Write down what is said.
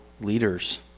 leaders